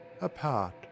Apart